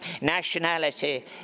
nationality